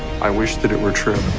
i wish that it were true.